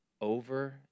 over